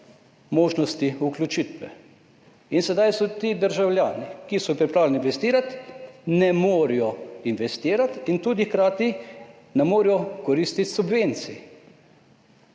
možnosti priključitve. In sedaj ti državljani, ki so pripravljeni investirati, ne morejo investirati in hkrati tudi ne morejo koristiti subvencij.